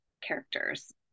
characters